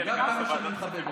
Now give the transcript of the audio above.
כמה שאני מכבד אותם.